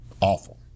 awful